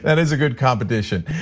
and is a good competition.